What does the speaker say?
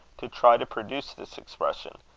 to try to produce this expression,